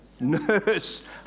nurse